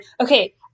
okay